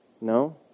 No